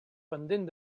pendent